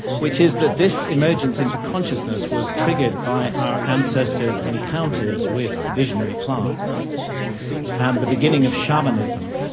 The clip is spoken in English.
which is that this emergence into consciousness was triggered by our ancestor's encounters with visionary plants and the beginning of shamanism.